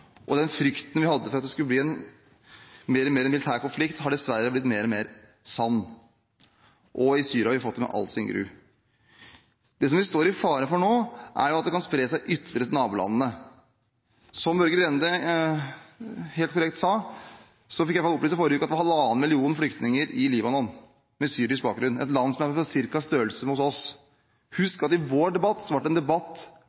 og den frykten vi hadde for at det skulle bli en mer og mer militær konflikt, har dessverre blitt mer og mer sann. Og i Syria har vi sett det, i all sin gru. Det som det er fare for nå, er at det kan spre seg ytterligere, til nabolandene. Som Børge Brende helt korrekt sa, fikk jeg i forrige uke opplyst at det var halvannen million flyktninger med syrisk bakgrunn i Libanon, et land som er på størrelse